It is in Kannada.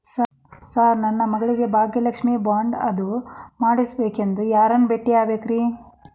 ಸರ್ ನನ್ನ ಮಗಳಿಗೆ ಭಾಗ್ಯಲಕ್ಷ್ಮಿ ಬಾಂಡ್ ಅದು ಮಾಡಿಸಬೇಕೆಂದು ಯಾರನ್ನ ಭೇಟಿಯಾಗಬೇಕ್ರಿ?